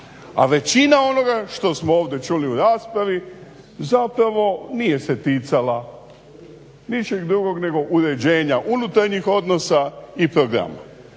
A većina onoga što smo čuli ovdje u raspravi zapravo nije se ticala ničeg drugog nego uređenja unutarnjih odnosa i programa.